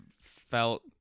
felt